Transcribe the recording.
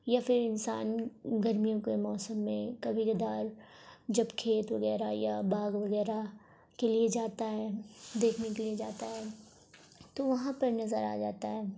یا پھر انسان گرمیوں کے موسم میں کبھی کبھار جب کھیت وغیرہ یا باغ وغیرہ کے لیے جاتا ہے دیکھنے کے لیے جاتا ہے تو وہاں پر نظر آ جاتا ہے